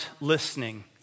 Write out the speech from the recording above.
listening